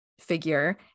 figure